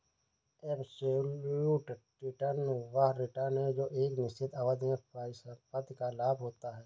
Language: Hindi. एब्सोल्यूट रिटर्न वह रिटर्न है जो एक निश्चित अवधि में परिसंपत्ति का लाभ होता है